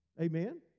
Amen